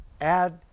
add